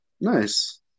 Nice